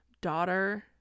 daughter